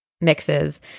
mixes